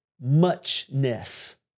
muchness